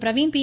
Praveen B